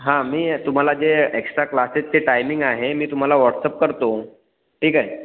हां मी तुम्हाला जे एक्स्ट्रा क्लासेसचे टायमिंग आहे मी तुम्हाला व्हॉट्सअप करतो ठीक आहे